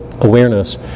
awareness